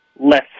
less